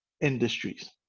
industries